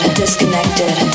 disconnected